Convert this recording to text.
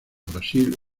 brasil